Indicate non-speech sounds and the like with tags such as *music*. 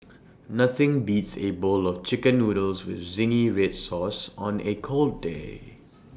nothing beats A bowl of Chicken Noodles with Zingy Red Sauce on A cold day *noise*